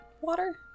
water